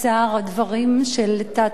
הדברים של תת-אלוף